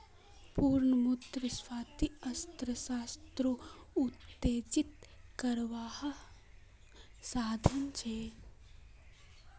पुनः मुद्रस्फ्रिती अर्थ्शाश्त्रोक उत्तेजित कारवार साधन छे